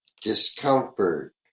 discomfort